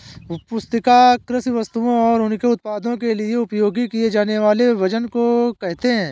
पुस्तिका कृषि वस्तुओं और उनके उत्पादों के लिए उपयोग किए जानेवाले वजन को कहेते है